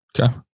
Okay